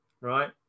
right